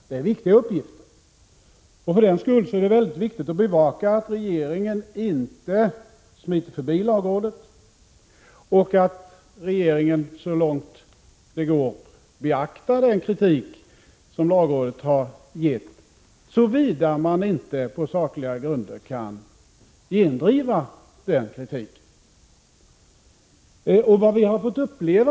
Det är viktiga uppgifter och därför är det mycket angeläget att bevaka att regeringen inte smiter förbi lagrådet och att regeringen så långt det går beaktar lagrådets kritik, såvida man inte kan gendriva kritiken på sakliga grunder.